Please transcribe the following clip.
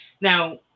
Now